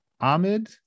Ahmed